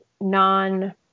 non